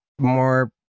more